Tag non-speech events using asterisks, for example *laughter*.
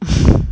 *laughs*